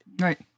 Right